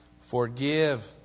Forgive